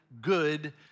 good